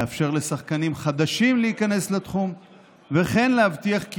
לאפשר לשחקנים חדשים להיכנס לתחום וכן להבטיח כי